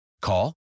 Call